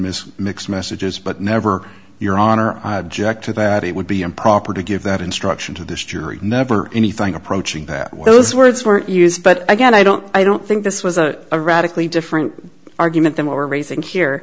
miss mixed messages but never your honor i object to that it would be improper to give that instruction to this jury never anything approaching that those words were used but again i don't i don't think this was a radically different argument than were raising here